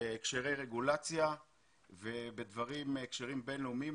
בקשרי רגולציה ובהקשרים בינלאומיים,